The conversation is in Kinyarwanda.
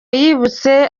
yibutse